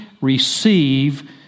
receive